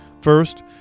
First